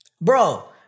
bro